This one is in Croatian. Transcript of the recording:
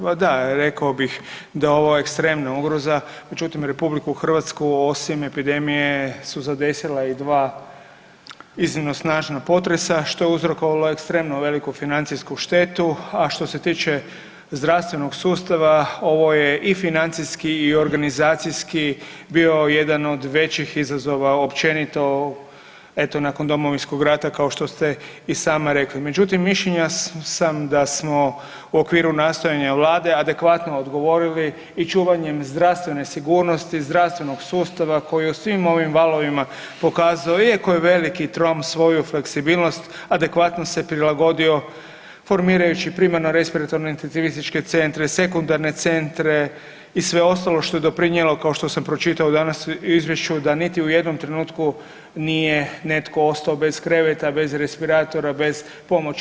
Pa da, rekao bih da je ovo ekstremna ugroza, međutim, RH osim epidemije su zadesila i dva iznimno snažna potresa, što je uzrokovalo ekstremno veliku financijsku štetu, a što se tiče zdravstvenog sustava, ovo je financijski i organizacijski bio jedan od većih izazova, općenito eto, nakon Domovinskog rata, kao što ste i sama rekli, međutim, mišljenja sam da smo u okviru nastojanja Vlade adekvatno odgovorili i čuvanjem zdravstvene sigurnosti, zdravstvenog sustava, koji u svim ovim valovima pokazao, iako je veliki ... svoju fleksibilnost, adekvatno se prilagodio formirajući primarno respiratorne ... sekundarne centre, i sve ostalo što je doprinijelo, kao što sam pročitao danas u Izvješću da niti u jednom trenutku nije netko ostao bez kreveta, bez respiratora, bez pomoći.